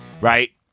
right